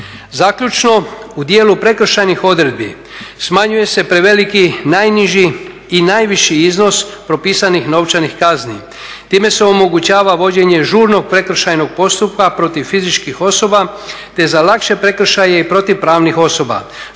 Zaključno, u dijelu prekršajnih odredbi smanjuje se preveliki najniži i najviši iznos propisanih novčanih kazni, time se omogućava vođenje žurnog prekršajnog postupka protiv fizičkih osoba te za lakše prekršaje i protiv pravnih osoba